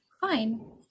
fine